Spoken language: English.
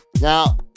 Now